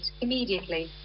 immediately